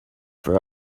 for